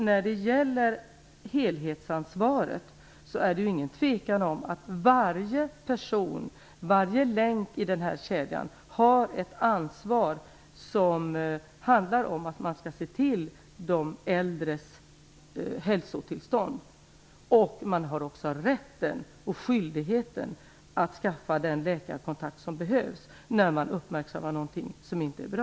När det gäller helhetsansvaret är det ingen tvekan om att varje person, varje länk i den här kedjan, har ett ansvar som handlar om att man skall se till de äldres hälsotillstånd. Man har också rätten och skyldigheten att skaffa den läkarkontakt som behövs när man uppmärksammar något som inte är bra.